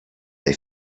they